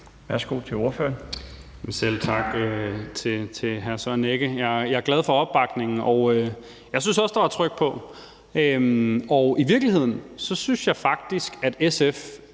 Valentin (SF): Selv tak til hr. Søren Egge Rasmussen. Jeg er glad for opbakningen, og jeg synes også, der var tryk på. I virkeligheden synes jeg faktisk, at SF